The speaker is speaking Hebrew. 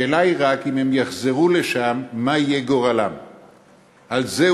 השאלה היא רק, אם הם יחזרו לשם, מה יהיה גורלם?